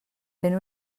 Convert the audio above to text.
fent